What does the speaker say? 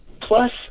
plus